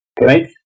right